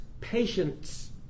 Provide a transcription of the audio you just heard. patience